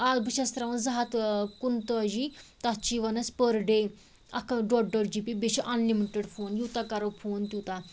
آ بہٕ چھَس ترٛاوان زٕ ہتھ کُن تٲجی تتھ چھِ یِوان اَسہِ پٔر ڈے اکھ اکھ ڈۄڈ جی پی بیٚیہِ چھِ اَنلِمِٹٕڈ فون یوٗتاہ کَرو فون تیوٗتاہ